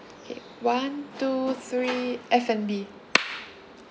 K one two three F&B